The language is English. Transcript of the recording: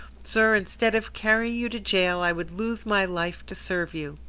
sir, instead of carrying you to jail i would lose my life to serve you.